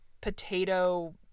potato